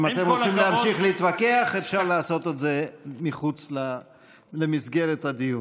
אם אתם רוצים להמשיך להתווכח אפשר לעשות את זה מחוץ למסגרת הדיון.